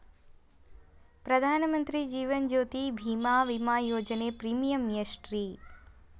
ಪ್ರಧಾನ ಮಂತ್ರಿ ಜೇವನ ಜ್ಯೋತಿ ಭೇಮಾ, ವಿಮಾ ಯೋಜನೆ ಪ್ರೇಮಿಯಂ ಎಷ್ಟ್ರಿ?